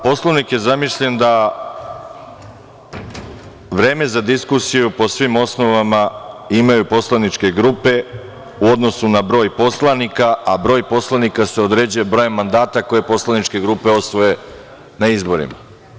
Poslovnik je zamišljen da vreme za diskusiju po svim osnovama imaju poslaničke grupe u odnosu na broj poslanika, a broj poslanika se određuje brojem mandata koji poslaničke grupe osvoje na izborima.